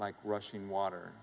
like rushing water